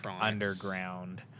underground